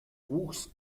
wuchs